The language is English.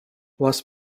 was